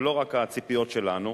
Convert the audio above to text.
ולא רק הציפיות שלנו,